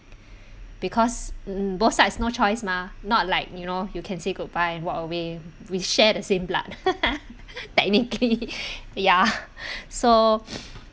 because mm both sides no choice mah not like you know you can say goodbye and walk away we share the same blood technically ya so